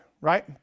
Right